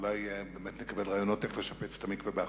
אולי באמת נקבל רעיונות איך לשפץ את המקווה באחוזה.